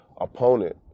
opponent